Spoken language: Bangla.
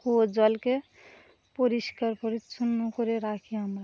কুয়োর জলকে পরিষ্কার পরিচ্ছন্ন করে রাখি আমরা